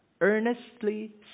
earnestly